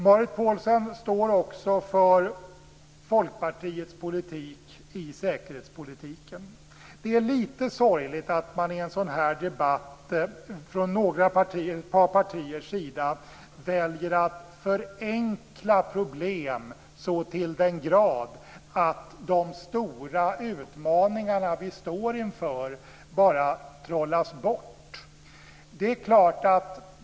Marit Paulsen står också för Folkpartiets politik i säkerhetspolitiken. Det är lite sorgligt att man från några partiers sida i en sådan här debatt väljer att förenkla problem så till den grad att de stora utmaningarna vi står inför bara trollas bort.